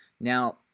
Now